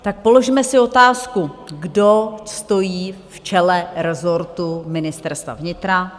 Tak položme si otázku kdo stojí v čele rezortu Ministerstva vnitra?